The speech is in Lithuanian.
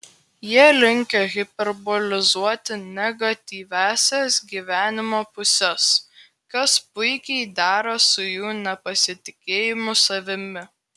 jie linkę hiperbolizuoti negatyviąsias gyvenimo puses kas puikiai dera su jų nepasitikėjimu savimi